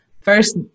first